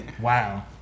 Wow